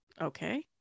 Okay